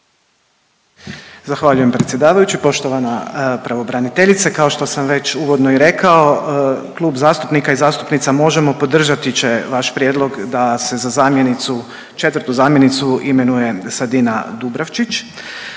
Zahvaljujem predsjedavajući. Poštovana pravobraniteljice. Kao što sam već uvodno i rekao Klub zastupnika i zastupnica Možemo! podržati će vaš prijedlog da se za zamjenicu četvrtu zamjenicu imenuje Sedina Dubravčić.